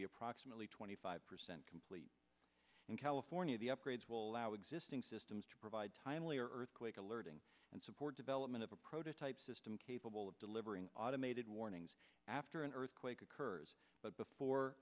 be approximately twenty five percent complete in california the upgrades will allow existing systems to provide timely earthquake alerting and support development of a prototype system capable of delivering automated warnings after an earthquake occurs but before